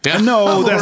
No